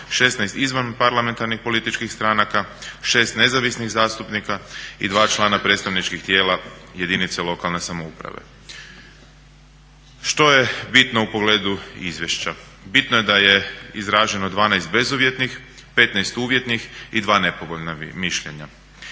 16 izvan parlamentarnih političkih stranaka,, 6 nezavisnih zastupnika i 2 člana predstavničkih tijela jedinice lokalne samouprave. Što je bitno u pogledu izvješća? Bitno je da je izraženo 12 bezuvjetnih, 15 uvjetnih i 2 nepovoljna mišljenja.